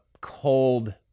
cold